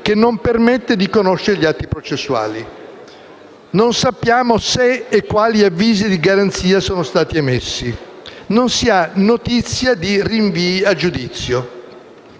che non permette di conoscere gli atti processuali. Non sappiamo se e quali avvisi di garanzia siano stati emessi. Non si ha notizia di rinvii a giudizio.